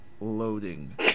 Loading